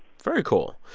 very cool.